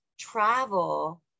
travel